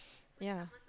ya